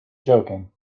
joking